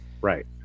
Right